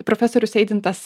profesorius eidintas